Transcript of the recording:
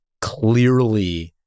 clearly